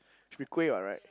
should be kueh what right